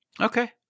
Okay